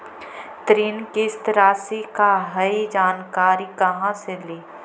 ऋण किस्त रासि का हई जानकारी कहाँ से ली?